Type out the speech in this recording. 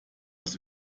das